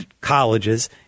colleges